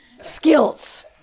skills